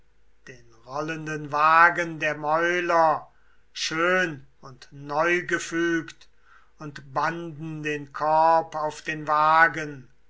den rollenden wagen der mäuler schön und neugefügt und banden den korb auf den wagen